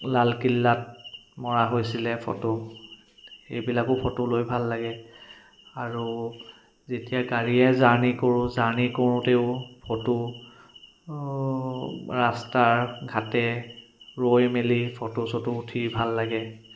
লালকিল্লাত মৰা হৈছিলে ফটো সেইবিলাকো ফটো লৈ ভাল লাগে আৰু যেতিয়া গাড়ীৰে জাৰ্ণি কৰো জাৰ্ণি কৰোতেও ফটো ৰাস্তাৰ ঘাটে ৰৈ মেলি ফটো চটো উঠি ভাল লাগে